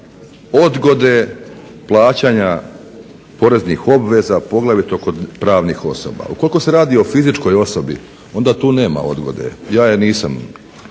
odgode plaćanja poreznih obveza poglavito kod pravnih osoba. Ukoliko se radi o fizičkoj osobi, onda tu nema odgode. Ja je nisam